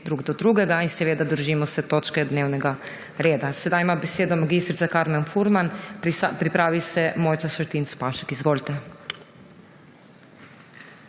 drug do drugega, in seveda držimo se točke dnevnega reda. Sedaj ima besedo mag. Karmen Furman, pripravi se Mojca Šetinc Pašek. Izvolite.